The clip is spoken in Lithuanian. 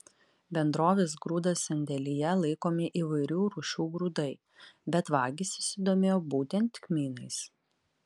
bendrovės grūdas sandėlyje laikomi įvairių rūšių grūdai bet vagys susidomėjo būtent kmynais